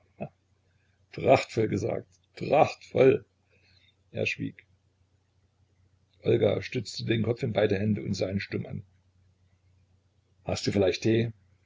prachtvoll gesagt prachtvoll er schwieg olga stützte den kopf in beide hände und sah ihn stumm an hast du vielleicht tee